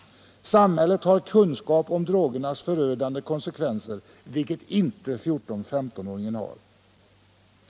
Samhället har kunskap om drogernas förödande konsekvenser, vilket inte 14—15 åringen har.